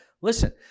listen